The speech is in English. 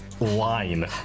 Line